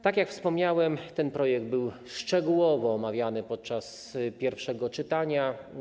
Tak jak wspomniałem, ten projekt ustawy był szczegółowo omawiany podczas pierwszego czytania.